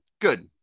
good